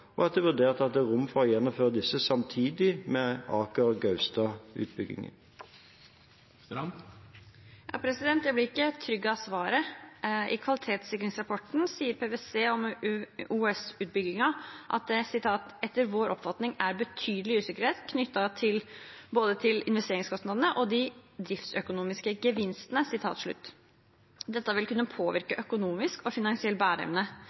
og at de vurderer at det er rom for å gjennomføre disse samtidig med Aker/Gaustad-utbyggingen. Jeg blir ikke trygg av svaret. I kvalitetssikringsrapporten sier PwC om OUS-utbyggingen at det «etter vår oppfatning er betydelig usikkerhet knyttet både til investeringskostnadene og de driftsøkonomiske gevinstene». Dette vil kunne påvirke økonomisk og finansiell bæreevne.